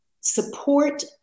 support